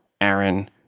Aaron